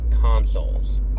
consoles